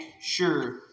sure